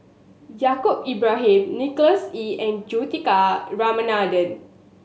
Yaacob Ibrahim Nicholas Ee and Juthika Ramanathan